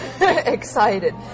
excited